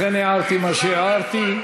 לכן הערתי מה שהערתי.